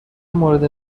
مورد